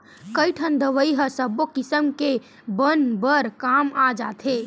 कइठन दवई ह सब्बो किसम के बन बर काम आ जाथे